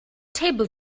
table